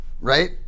Right